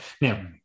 Now